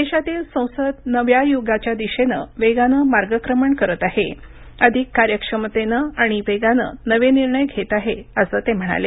देशातील संसद नव्या युगाच्या दिशेने वेगानं मार्गक्रमण करत आहे अधिक कार्यक्षमतेनं आणि वेगानं नवे निर्णय घेत आहे असं ते म्हणाले